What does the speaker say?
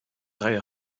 reihe